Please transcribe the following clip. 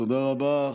תודה רבה.